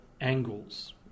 angles